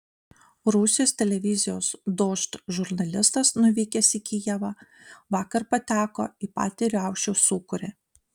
rusijos televizijos dožd žurnalistas nuvykęs į kijevą vakar pateko į patį riaušių sūkurį